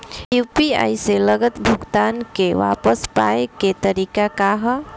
UPI से गलत भुगतान के वापस पाये के तरीका का ह?